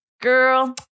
girl